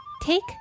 take